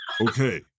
Okay